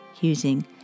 using